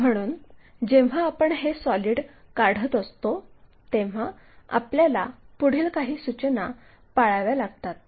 म्हणून जेव्हा आपण हे सॉलिड काढत असतो तेव्हा आपल्याला पुढील काही सूचना पाळाव्या लागतात